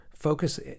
focus